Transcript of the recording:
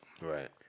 Right